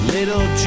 Little